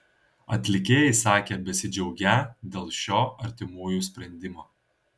atlikėjai sakė besidžiaugią dėl šio artimųjų sprendimo